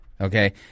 okay